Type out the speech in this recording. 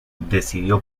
decidió